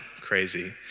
crazy